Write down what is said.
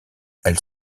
elle